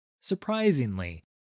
Surprisingly